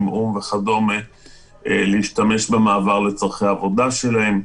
כמו האו"ם וכדומה שמשתמשים במעבר לצורכי העבודה שלהם.